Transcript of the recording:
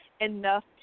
enough